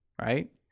right